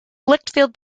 litchfield